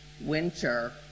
winter